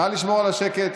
נא לשמור על השקט.